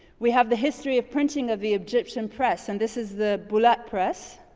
we have the history of printing of the egyptian press and this is the bulaq press,